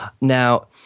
Now